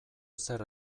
ezer